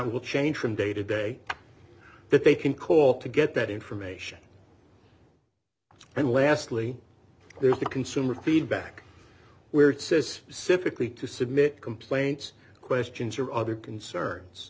will change from day to day that they can call to get that information and lastly there is a consumer feedback where it says civically to submit complaints questions or other concerns